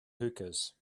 hookahs